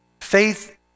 faith